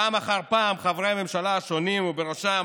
פעם אחר פעם חברי הממשלה השונים, ובראשם